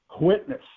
witness